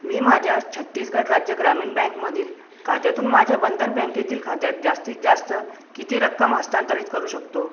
मी माझ्या छत्तीसगड राज्य ग्रामीण बँकमधील खात्यातून माझ्या बंधन बँकेतील खात्यात जास्तीत जास्त किती रक्कम हस्तांतरीत करू शकतो